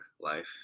life